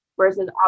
versus